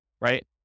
right